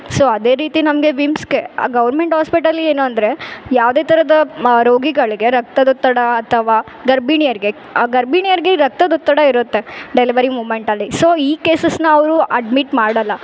so ಅದೇ ರೀತಿ ನಮಗೆ ವಿಮ್ಸ್ಗೆ ಆ ಗೌರ್ಮೆಂಟ್ ಹೊಸ್ಪೆಟಲ್ಲಿ ಏನು ಅಂದರೆ ಯಾವುದೇ ಥರದ ಮ ರೋಗಿಗಳಿಗೆ ರಕ್ತದೊತ್ತಡ ಅಥವಾ ಗರ್ಭಿಣಿಯರಿಗೆ ಆ ಗರ್ಭಿಣಿಯರಿಗೆ ರಕ್ತದೊತ್ತಡ ಇರುತ್ತೆ ಡೆಲವರಿ ಮೂಮೆಂಟಲ್ಲಿ ಸೋ ಈ ಕೇಸಸನ್ನ ಅವರು ಅಡ್ಮಿಟ್ ಮಾಡಲ್ಲ